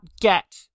get